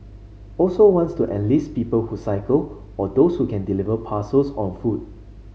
also wants to enlist people who cycle or those who can deliver parcels on foot